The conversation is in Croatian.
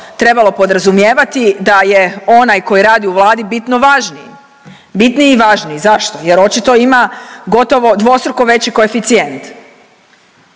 trebalo podrazumijevati da je onaj koji radi u Vladi bitno važniji, bitniji i važniji, zašto, jer očito ima gotovo dvostruko veći koeficijent.